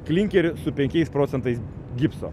klinkerį su penkiais procentais gipso